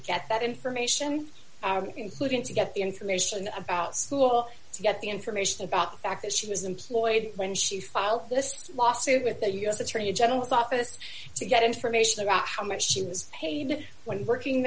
get that information including to get the information about school to get the information about the fact that she was employed when she filed this lawsuit with the u s attorney general's office to get information about how much she was paid when working